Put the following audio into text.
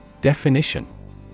Definition